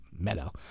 Meadow